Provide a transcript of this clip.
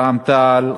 רע"ם-תע"ל,